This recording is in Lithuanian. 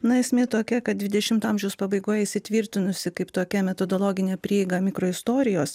na esmė tokia kad dvidešimto amžiaus pabaigoj įsitvirtinusi kaip tokia metodologinė prieiga mikro istorijos